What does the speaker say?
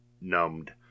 numbed